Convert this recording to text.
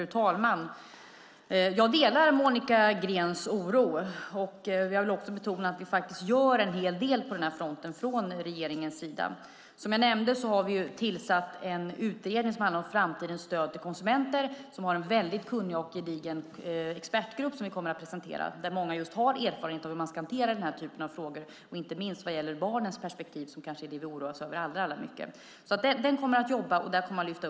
Fru talman! Jag delar Monica Greens oro. Jag vill dock betona att vi från regeringens sida gör en hel del på den här fronten. Som jag nämnde har vi tillsatt en utredning som handlar om framtidens stöd till konsumenter. Den kommer att ha en mycket kunnig och gedigen expertgrupp som vi kommer att presentera. Många av dem har erfarenheter av hur man ska hantera den här typen av frågor, inte minst vad gäller barnens perspektiv, som kanske är det som vi oroar oss allra mest över. Utredningen kommer att lyfta fram dessa frågor.